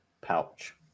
pouch